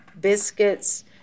biscuits